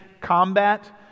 combat